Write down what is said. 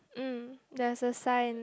mm there's a sign